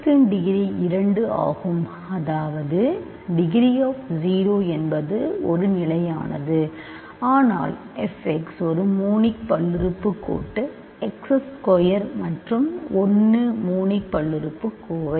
fx இன்டிகிரி 2 ஆகும் அதாவது டிகிரி ஆப் 0 என்பது ஒரு நிலையானது ஆனால் f x ஒரு மோனிக் பல்லுறுப்புக்கோட்டு x ஸ்கொயர் மற்றும் 1 மோனிக் பல்லுறுப்புக்கோவை